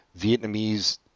Vietnamese